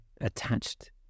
attached